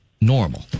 normal